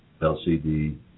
LCD